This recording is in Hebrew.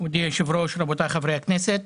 כבוד היו"ר, רבותיי חברי הכנסת.